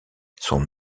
son